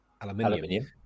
aluminium